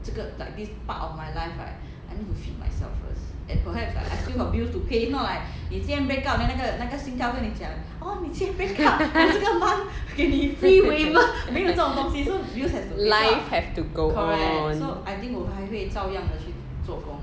life have to go on